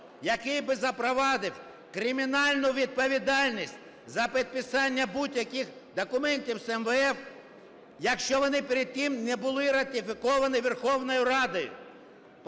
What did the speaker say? який би запровадив кримінальну відповідальність за підписання будь-яких документів з МВФ, якщо вони перед тим не були ратифіковані Верховною Радою.